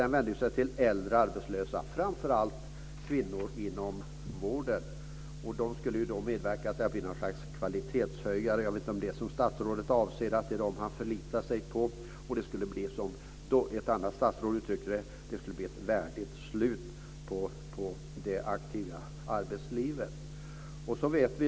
Den vänder sig till äldre arbetslösa, framför allt till kvinnor inom vården. Jag vet inte om det är dessa som statsrådet förlitar sig på som ett slags kvalitetshöjare. Ett annat statsråd har uttryckt det så att detta ska bli ett värdigt slut på det aktiva arbetslivet.